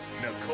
Nicole